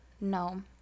No